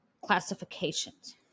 classifications